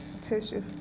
tissue